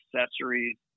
accessories